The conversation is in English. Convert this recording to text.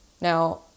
Now